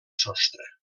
sostre